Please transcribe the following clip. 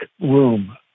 room